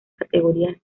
categorías